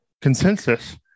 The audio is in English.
consensus